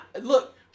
look